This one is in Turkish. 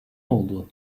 oldu